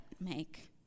make